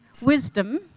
wisdom